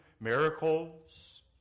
miracles